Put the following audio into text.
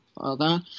father